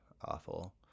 awful